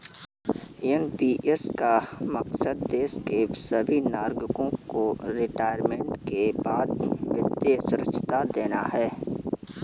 NPS का मकसद देश के सभी नागरिकों को रिटायरमेंट के बाद वित्तीय सुरक्षा देना है